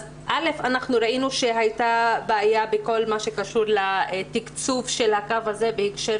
אז אנחנו ראינו שהייתה בעיה בכל מה שקשור לתקצוב של הקו הזה בהקשר